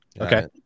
Okay